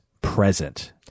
present